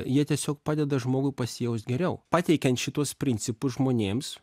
jie tiesiog padeda žmogui pasijaust geriau pateikiant šituos principus žmonėms